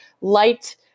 light